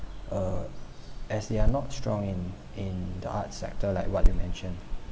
err as they are not strong in in the arts sector like what you mentioned